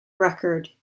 record